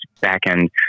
back-end –